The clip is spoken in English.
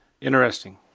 Interesting